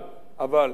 חברים,